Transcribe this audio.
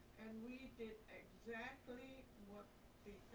and we did exactly what they